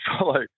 follow